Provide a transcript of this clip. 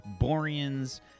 Boreans